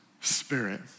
Spirit